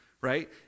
Right